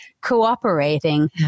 cooperating